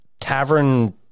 tavern